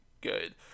good